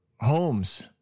homes